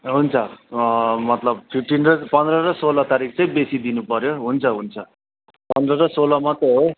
हुन्छ मतलब छुट्टी नै पन्ध्र र सोह्र तारिक चाहिँ बेसी दिनु पर्यो हुन्छ हुन्छ पन्ध्र र सोह्र मात्र है